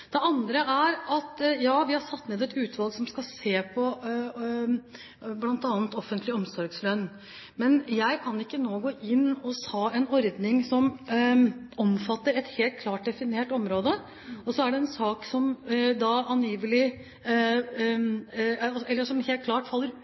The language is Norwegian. Det andre er at vi har satt ned et utvalg som skal se på bl.a. offentlig omsorgslønn, men jeg kan ikke nå gå inn i en ordning som omfatter et helt klart definert område, og i en sak som